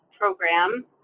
program